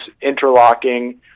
interlocking